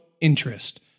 interest